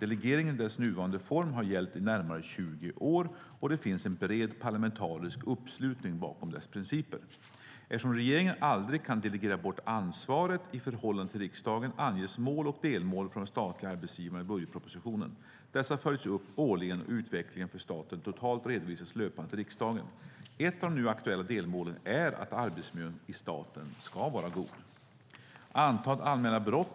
Delegeringen i dess nuvarande form har gällt i närmare 20 år, och det finns en bred parlamentarisk uppslutning bakom dess principer. Eftersom regeringen aldrig kan delegera bort ansvaret i förhållande till riksdagen anges mål och delmål för de statliga arbetsgivarna i budgetpropositionen. Dessa följs upp årligen, och utvecklingen för staten totalt redovisas löpande till riksdagen. Ett av de nu aktuella delmålen är att arbetsmiljön i staten ska vara god. Antalet anmälda brott